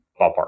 Ballpark